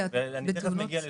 ואני תיכף מגיע לשם,